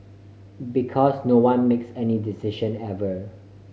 because no one makes any decision ever